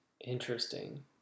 interesting